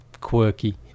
quirky